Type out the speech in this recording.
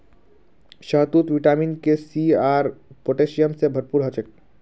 शहतूत vitamin K, C आर potassium से भरपूर ह छे